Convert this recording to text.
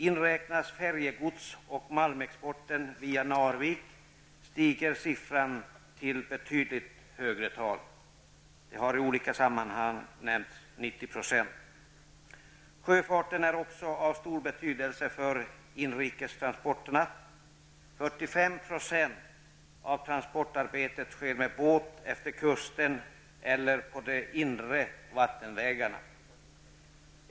Inräknas färjegods och malmexporten via Narvik, stiger siffran till betydligt högre tal. I olika sammanhang har 90 % nämnts. Sjöfarten är också av stor betydelse för de inrikestransporterna. 45 % av transporterna sker med båt efter kusten eller på de inre vattenvägarna.